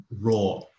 raw